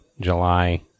July